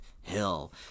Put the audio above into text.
Hill